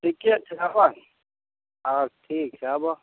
ठीके छै आबऽ हाँ ठीक छै आबऽ